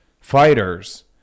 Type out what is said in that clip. fighters